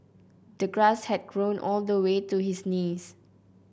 the grass had grown all the way to his knees